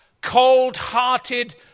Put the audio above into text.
cold-hearted